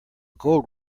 gold